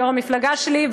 יושב-ראש המפלגה שלי,